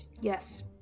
yes